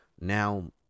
now